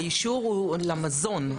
האישור הוא למזון.